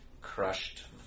crushed